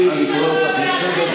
אני לא מציע להתייחס.